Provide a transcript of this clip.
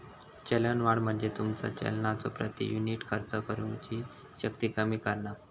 चलनवाढ म्हणजे तुमचा चलनाचो प्रति युनिट खर्च करुची शक्ती कमी करणा